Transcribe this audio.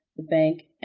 the bank,